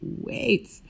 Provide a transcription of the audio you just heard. wait